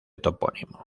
topónimo